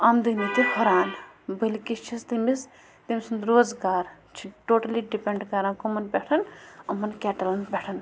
آمدٲنی تہِ ہُران بٔلکہِ چھِس تٔمِس تٔمۍ سُنٛد روزگار چھِ ٹوٹلی ڈِپٮ۪نٛڈ کَران کٕمَن پٮ۪ٹھ یِمَن کٮ۪ٹلَن پٮ۪ٹھ